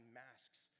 masks